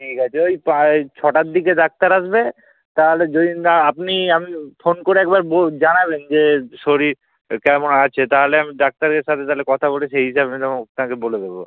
ঠিক আছে ওই প্রায় ছটার দিকে ডাক্তার আসবে তাহলে যদি না আপনি আমি ফোন করে একবার বো জানাবেন যে শরীর কেমন আছে তাহলে আমি ডাক্তারের সাথে তাহলে কথা বলে সেই হিসাবে আমি আপনাকে বলে দেবো